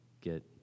get